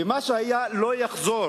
ומה שהיה לא יחזור